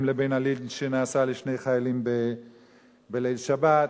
ובין הלינץ' שנעשה לשני חיילים בליל שבת,